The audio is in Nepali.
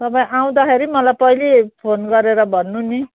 तपाईँ आउँदाखेरि मलाई पहिले फोन गरेर भन्नु नि